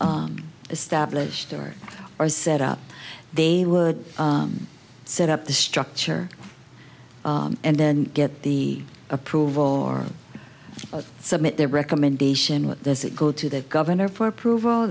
is established or are set up they were set up the structure and then get the approval or submit their recommendation what does it go to the governor for approval